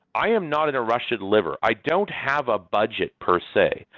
i am not in a rush to deliver. i don't have a budget per se.